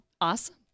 Awesome